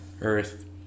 earth